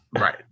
Right